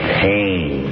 pain